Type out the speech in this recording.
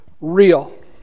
real